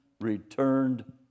returned